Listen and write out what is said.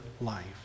life